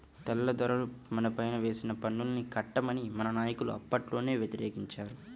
తెల్లదొరలు మనపైన వేసిన పన్నుల్ని కట్టమని మన నాయకులు అప్పట్లోనే వ్యతిరేకించారు